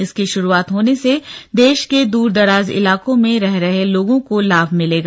इसकी शुरुआत होने से देश के दूर दराज इलाकों में रह रहे लोगों को लाभ मिलेगा